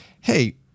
hey